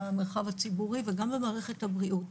במרחב הציבורי וגם במערכת הבריאות.